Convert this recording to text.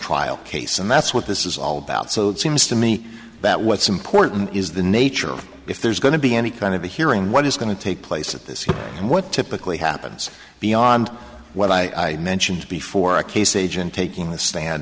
trial case and that's what this is all about so that seems to me that what's important is the nature of if there's going to be any kind of a hearing what is going to take place at this and what typically happens beyond what i mentioned before a case agent taking the stand